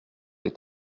est